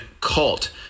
cult